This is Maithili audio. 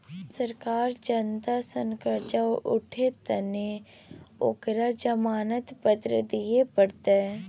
सरकार जनता सँ करजा उठेतनि तँ ओकरा जमानत पत्र दिअ पड़तै ने